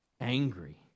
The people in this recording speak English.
angry